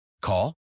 Call